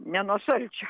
ne nuo šalčio